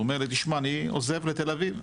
הוא אומר לי, תשמע, אני עוזב לתל אביב.